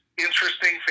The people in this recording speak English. interesting